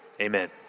amen